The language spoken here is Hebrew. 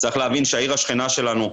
צריך להבין שהעיר השכנה שלנו,